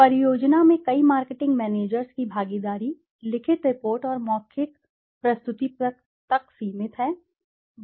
परियोजना में कई मार्केटिंग मैनेजर्स की भागीदारी लिखित रिपोर्ट और मौखिक प्रस्तुति तक सीमित है